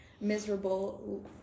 miserable